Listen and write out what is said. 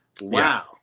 Wow